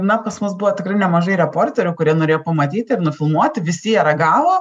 na pas mus buvo tikrai nemažai reporterių kurie norėjo pamatyti ir nufilmuoti visi jie ragavo